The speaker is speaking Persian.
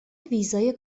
ویزای